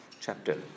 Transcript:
chapter